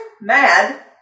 mad